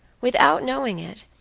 without knowing it,